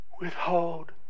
withhold